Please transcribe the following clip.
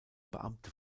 beamte